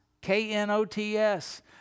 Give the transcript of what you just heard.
K-N-O-T-S